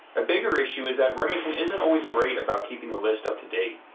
a bigger issue is that remington isn't always great about keeping the list up-to-date.